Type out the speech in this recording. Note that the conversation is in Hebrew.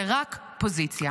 זה רק פוזיציה.